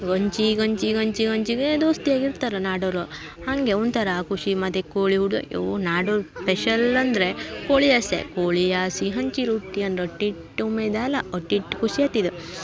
ವಂಚಿ ಗೊಂಚಿ ಗೊಂಚಿ ವಂಚಿಗೆ ದೋಸ್ತಿ ಆಗಿರ್ತಾರ್ ನಾಡೋರು ಹಾಗೆ ಒಂಥರ ಖುಷಿ ಮತ್ತು ಕೋಳಿ ಹುಡ್ದ ಇವು ನಾಡೋರ ಪೆಶಲ್ ಅಂದರೆ ಕೋಳಿ ಅಸೆ ಕೋಳಿ ಆಸಿ ಹಂಚಿ ರೊಟ್ಟಿ ಅಂದ್ರೆ ಅಷ್ಟಿಷ್ಟ್ ಉಮೇದಲ್ಲ ಅಷ್ಟಿಷ್ಟ್ ಖುಷಿ ಆತಿದ